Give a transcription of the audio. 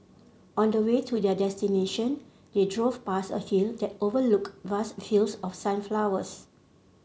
on the way to their destination they drove past a few that overlooked vast fields of sunflowers